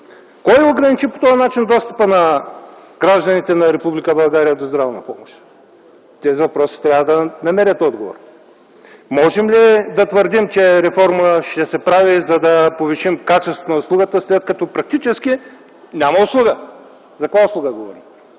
Кой ограничи по този начин достъпът на гражданите на Република България до здравна помощ? Тези въпроси трябва да намерят отговор. Можем ли да твърдим, че ще се прави реформа, за да повишим качеството на услугата след като практически няма услуга? За каква услуга говорим?